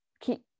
keep